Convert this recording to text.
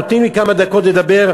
נותנים לי כמה דקות לדבר,